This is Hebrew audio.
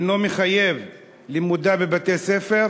אינו מחייב את לימודה בבתי-ספר?